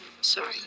Sorry